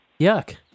yuck